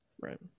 Right